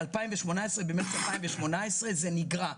ב-2018, במארס 2018, זה נגרע.